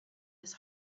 his